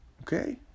Okay